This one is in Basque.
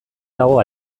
dago